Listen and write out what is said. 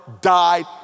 died